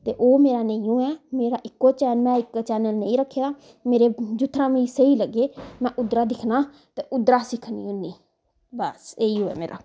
ते ओह् मेरा नेई होवे मेरा इक्कै चैनल इक्कै चैनल नेई रक्खेआ मेरे जित्थे मिगी स्हेई लग्गे मैं उद्धरा दिक्खना ते उद्दरा सिक्खनी हुन्नी बस्स इयो ऐ मेरा